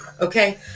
Okay